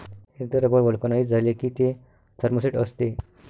एकदा rubber vulcanise झाले की ते थर्मोसेट असते